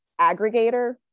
aggregator